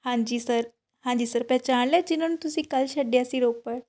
ਹਾਂਜੀ ਸਰ ਹਾਂਜੀ ਸਰ ਪਹਿਚਾਣ ਲਿਆ ਜਿਨ੍ਹਾਂ ਨੂੰ ਤੁਸੀਂ ਕੱਲ੍ਹ ਛੱਡਿਆ ਸੀ ਰੋਪੜ